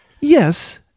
Yes